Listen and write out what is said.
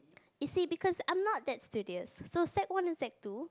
you see because I'm not that studious so sec one and sec two